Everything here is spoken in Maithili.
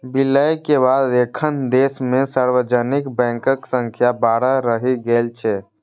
विलय के बाद एखन देश मे सार्वजनिक बैंकक संख्या बारह रहि गेल छै